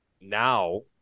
now